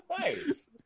Nice